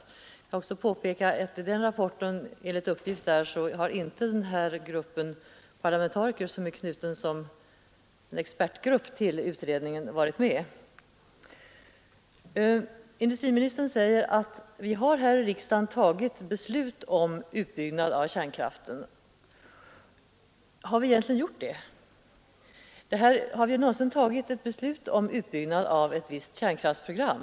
Jag vill också påpeka att enligt uppgift i rapporten har inte den grupp av parlamentariker som är knuten som expertgrupp till utredningen varit med. Industriministern säger att vi här i riksdagen har fattat beslut om utbyggnad av kärnkraften. Har vi egentligen gjort det? Har vi någonsin tagit ett beslut om ett visst kärnkraftprogram?